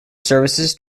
services